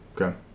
okay